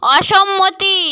অসম্মতি